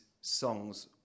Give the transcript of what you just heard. songs